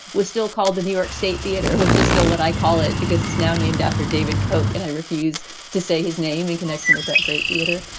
was still called the new york state theatre, which is still what i call it, because it's now named after david coke. and i refuse to say his name in connection with that great theater,